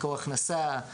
מקור הכנסה,